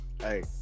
Hey